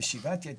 ושאיבת יתר.